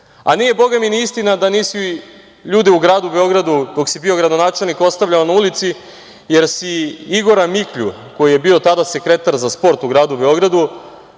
nije boga mi ni istina, da nisi ljude u Gradu Beogradu, kada si bio gradonačelnik, ostavljao na ulici jer si, Igora Miklju, koji je bio tada sekretar za sport u Gradu Beogradu,